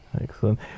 Excellent